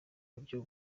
buryo